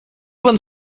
bahn